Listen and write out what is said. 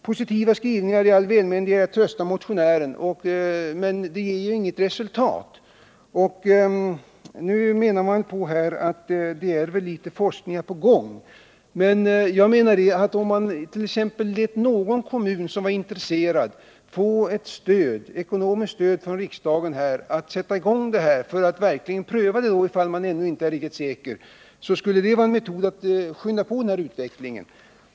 Positiva skrivningar är väl till för att i all välmening trösta motionären, men de ger ju inget resultat. Utskottet pekar på att forskningar på det här området pågår, och det är gott och väl. Men jag menar att om riksdagen tog initiativ till att kommunerna får ekonomiskt stöd för att sätta i gång och pröva metoden med kalkfällning, så skulle det vara ett sätt att skynda på utvecklingen.